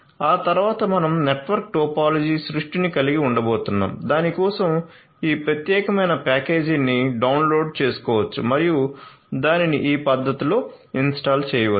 ఆ తరువాత మనం నెట్వర్క్ టోపోలాజీ సృష్టిని కలిగి ఉండబోతున్నాం దాని కోసం ఈ ప్రత్యేకమైన ప్యాకేజీని డౌన్లోడ్ చేసుకోవచ్చు మరియు దానిని ఈ పద్ధతిలో ఇన్స్టాల్ చేయవచ్చు